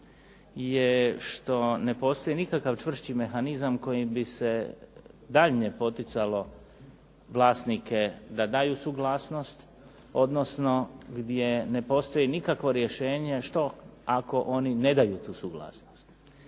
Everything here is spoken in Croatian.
je što ne postoji nikakav čvršći mehanizam kojim bi se daljnje poticalo vlasnike da daju suglasnost, odnosno gdje ne postoji nikakvo rješenje što ako oni ne daju tu suglasnost.